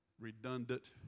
redundant